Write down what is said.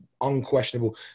unquestionable